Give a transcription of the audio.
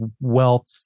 wealth